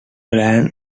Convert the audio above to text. ran